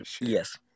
Yes